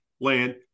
land